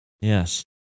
Yes